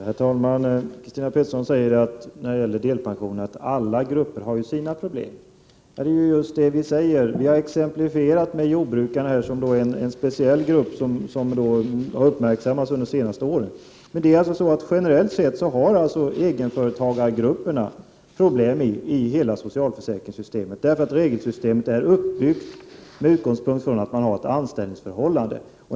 Herr talman! Christina Pettersson säger när det gäller delpensionen att alla grupper har sina problem. Ja, det är just vad också vi säger. Vi han anfört som exempel jordbrukarna — en speciell grupp som har uppmärksammats under de senaste åren. Generellt sett har egenföretagarna problem i hela socialförsäkringssystemet. Man har ju byggt upp regelsystemet med utgångspunkt i att det finns ett anställningsförhållande.